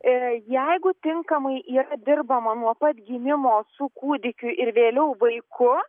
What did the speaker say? jeigu tinkamai yra dirbama nuo pat gimimo su kūdikiu ir vėliau vaiku